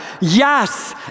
Yes